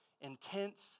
intense